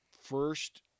first